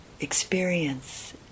experience